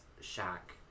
shack